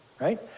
right